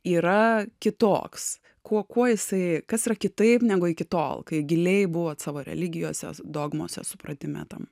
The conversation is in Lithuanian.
yra kitoks kuo kuo jisai kas yra kitaip negu iki tol kai giliai buvot savo religijose dogmose supratime tam